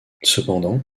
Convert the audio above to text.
cependant